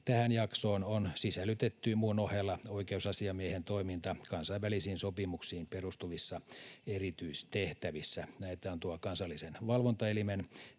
Tähän jaksoon on sisällytetty muun ohella oikeusasiamiehen toiminta kansainvälisiin sopimuksiin perustuvissa erityistehtävissä. Näitä ovat tuo kansallisen valvontaelimen